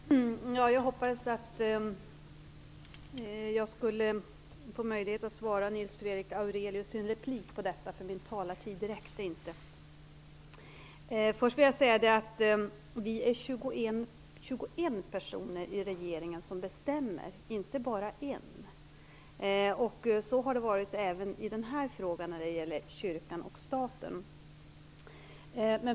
Herr talman! Jag hoppades att jag skulle få möjlighet att bemöta Nils Fredrik Aurelius i en replik. Först vill jag säga att vi är 21 personer i regeringen som bestämmer, inte bara en. Så har det varit även i denna fråga.